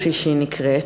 כפי שהיא נקראת,